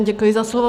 Děkuji za slovo.